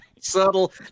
subtle